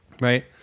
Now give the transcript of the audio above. right